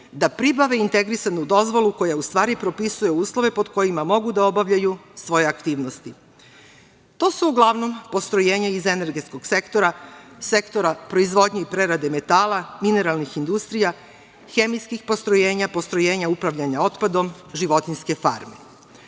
da pribave integrisanu dozvolu koja u stvari propisuje uslove pod kojima mogu da obavljaju svoje aktivnosti. To su uglavnom postrojenja iz energetskog sektora, sektora proizvodnje i prerade metala, mineralnih industrija, hemijskih postrojenja, postrojenja upravljanja otpadom, životinjske farme.U